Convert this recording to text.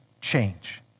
change